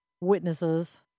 witnesses